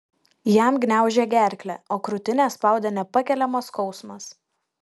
jam gniaužė gerklę o krūtinę spaudė nepakeliamas skausmas